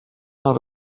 out